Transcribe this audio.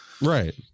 Right